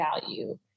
value